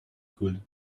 could